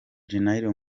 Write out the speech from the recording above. janeiro